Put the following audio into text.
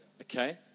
Okay